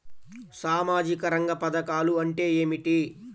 సామాజిక రంగ పధకాలు అంటే ఏమిటీ?